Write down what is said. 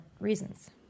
reasons